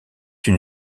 une